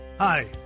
Hi